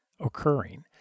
occurring